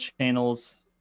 channels